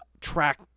track